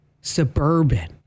suburban